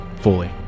fully